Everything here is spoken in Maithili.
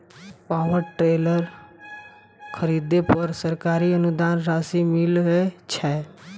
पावर टेलर खरीदे पर सरकारी अनुदान राशि मिलय छैय?